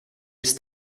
ist